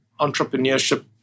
entrepreneurship